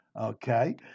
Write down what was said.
Okay